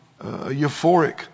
euphoric